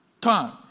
time